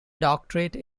doctorate